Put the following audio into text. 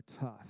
tough